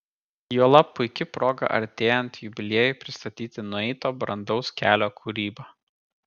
juolab puiki proga artėjant jubiliejui pristatyti nueito brandaus kelio kūrybą